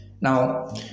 Now